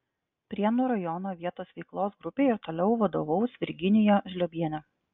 prienų rajono vietos veiklos grupei ir toliau vadovaus virginija žliobienė